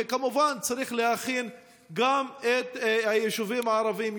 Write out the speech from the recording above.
וכמובן צריך להכין גם את היישובים הערביים,